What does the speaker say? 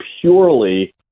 purely